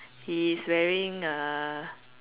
he is wearing a